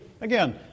Again